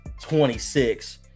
26